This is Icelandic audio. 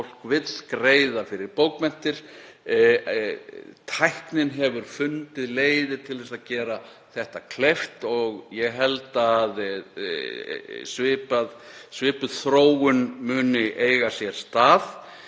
Fólk vill greiða fyrir bókmenntir. Tæknin hefur fundið leiðir til að gera þetta kleift og ég held að svipuð þróun muni eiga sér stað